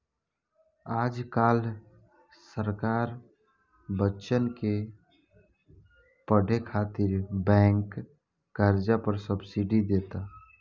आज काल्ह सरकार बच्चन के पढ़े खातिर बैंक कर्जा पर सब्सिडी देता